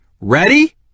Ready